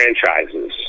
franchises